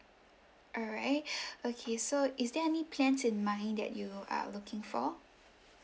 alright okay so is there any plans in mind that you are looking for